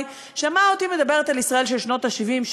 שמע אותי מדברת על ישראל של שנות ה-70,